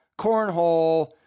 cornhole